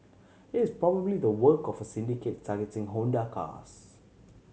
it is probably the work of a syndicate targeting Honda cars